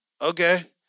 Okay